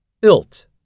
Built